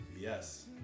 Yes